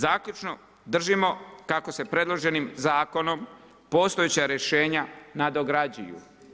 Zaključno, držimo kako se predloženim zakonom postojeća rješenja nadograđuju.